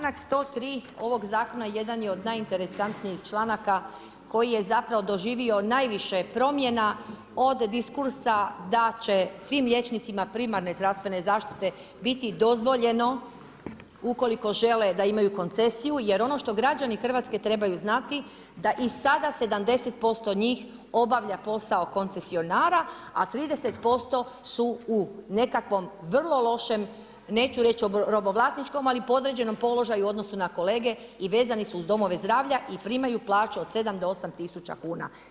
Članak 103. ovog zakona jedan je od najinteresantnijih članaka koji je zapravo doživio najviše promjena od diskursa da će svim liječnicima primarne zdravstvene zaštite biti dozvoljeno ukoliko žele da imaju koncesiju jer ono što građani Hrvatske trebaju znati, da i sada 70% njih obavlja posao koncesionara a 30% su u nekakvom vrlo lošem neću reći robovlasničkom, ali podređenom položaju u odnosu na kolege i vezani su uz domove zdravlja i primaju plaću od 7 do 8000 kuna.